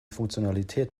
funktionalität